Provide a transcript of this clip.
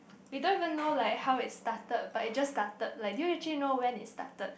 we don't even know like how it started but it just started like do you actually know when it started